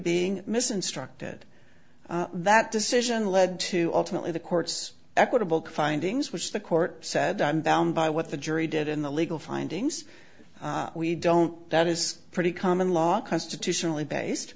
being misson structed that decision led to ultimately the court's equitable findings which the court said i'm bound by what the jury did in the legal findings we don't that is pretty common law are constitutionally based